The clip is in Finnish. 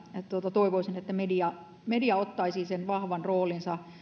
toivoisin että media media ottaisi sen vahvan roolinsa